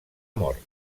mort